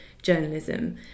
journalism